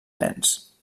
nens